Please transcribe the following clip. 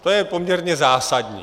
To je poměrně zásadní.